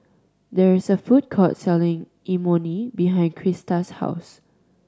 there is a food court selling Imoni behind Crysta's house